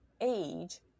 age